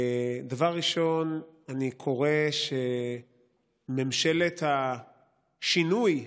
דבר ראשון, אני קורא שממשלת השינוי,